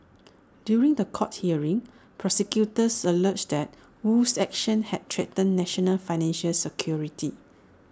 during The Court hearing prosecutors alleged that Wu's actions had threatened national financial security